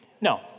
No